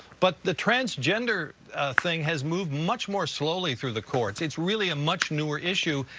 but the transgender thing has moved much more slowly through the courts. it's really a much newer issue.